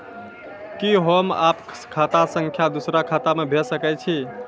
कि होम आप खाता सं दूसर खाता मे भेज सकै छी?